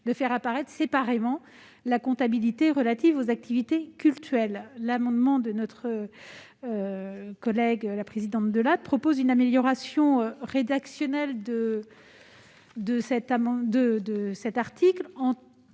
faire apparaître séparément la comptabilité relative à leurs activités cultuelles. L'amendement de notre collègue Delattre tend à proposer une amélioration rédactionnelle de cet article